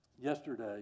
yesterday